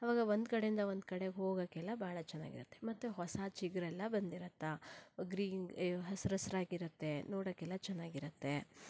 ಆವಾಗ ಒಂದು ಕಡೆಯಿಂದ ಒಂದು ಕಡೆ ಹೋಗಕ್ಕೆಲ್ಲ ಬಹಳ ಚೆನ್ನಾಗಿರತ್ತೆ ಮತ್ತೆ ಹೊಸ ಚಿಗುರೆಲ್ಲ ಬಂದಿರತ್ತಾ ಗ್ರೀನ್ ಹಸಿರು ಹಸಿರಾಗಿರತ್ತೆ ನೋಡಕ್ಕೆಲ್ಲ ಚೆನ್ನಾಗಿರತ್ತೆ